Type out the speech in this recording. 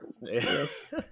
Yes